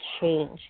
change